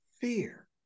fear